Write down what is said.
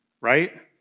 right